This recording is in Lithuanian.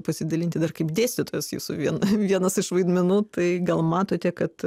pasidalinti dar kaip dėstytojas jūsų vien vienas iš vaidmenų tai gal matote kad